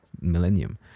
millennium